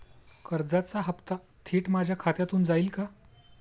कर्जाचा हप्ता थेट माझ्या खात्यामधून जाईल का?